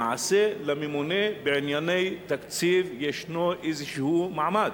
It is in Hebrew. למעשה לממונה בענייני תקציב יש איזה מעמד,